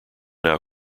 now